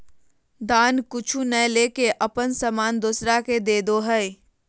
दान कुछु नय लेके अपन सामान दोसरा के देदो हइ